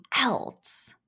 else